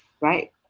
right